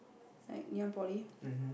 like Ngee-Ann-Poly